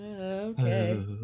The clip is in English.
Okay